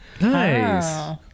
nice